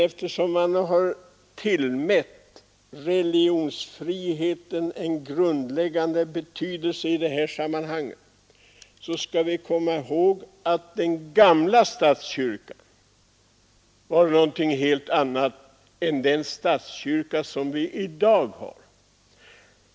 Eftersom vi har tillmätt religionsfriheten en grundläggande betydelse, skall vi komma ihåg att den gamla statskyrkan var någonting helt annat än den statskyrka som vi i dag har.